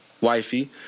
wifey